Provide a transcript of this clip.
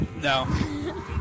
No